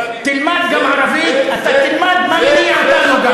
תלמד גם ערבית, אתה תלמד מה מניע אותנו גם.